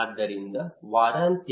ಆದ್ದರಿಂದ ವಾರಾಂತ್ಯ